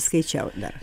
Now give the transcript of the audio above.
skaičiau dar